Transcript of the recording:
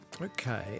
Okay